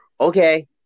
Okay